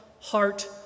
Heart